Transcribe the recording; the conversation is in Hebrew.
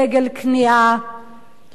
דגל כניעה,